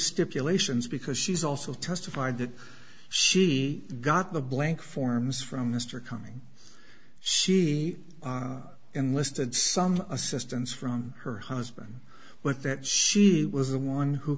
stipulations because she's also testified that she got the blank forms from mr coming she enlisted some assistance from her husband with that she was the one who